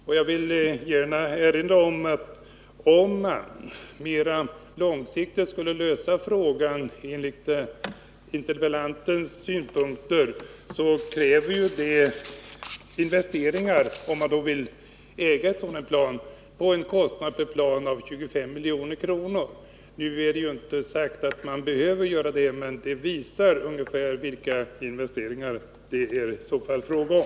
Och jag vill gärna erinra om att om vi mera långsiktigt skulle lösa problemet enligt frågeställarens synpunkter, kräver det investeringar — om man vill äga planen — och en kostnad för planen på 25 milj.kr. Det är inte sagt att dessa investeringar behöver göras, men detta visar hur stora investeringar det skulle bli fråga om.